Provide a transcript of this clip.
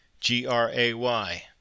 G-R-A-Y